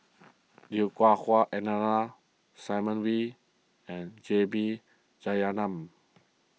Lui Hah Wah Elena Simon Wee and J B Jeyaretnam